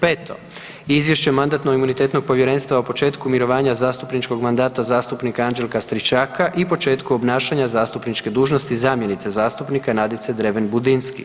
Peto, Izvješće Mandatno-imunitetnog povjerenstva o početku mirovanja zastupničkog mandata zastupnika Anđelka Stričaka i početku obnašanja zastupničke dužnosti zamjenice zastupnika Nadice Dreven Budinski.